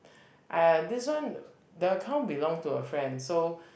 !aiya! this one the account belong to a friend so